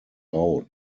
out